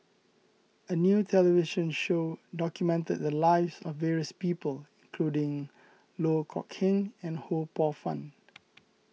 a new television show documented the lives of various people including Loh Kok Heng and Ho Poh Fun